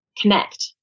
connect